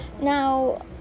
Now